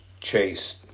chase